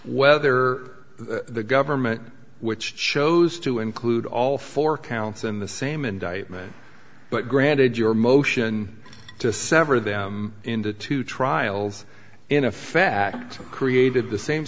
whether the government which shows to include all four counts in the same indictment but granted your motion to sever them into two trials in a fact created the same